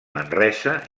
manresa